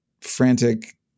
frantic